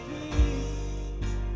please